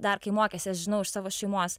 dar kai mokėsi aš žinau iš savo šeimos